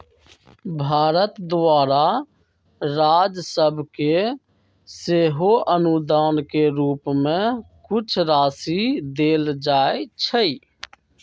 भारत द्वारा राज सभके सेहो अनुदान के रूप में कुछ राशि देल जाइ छइ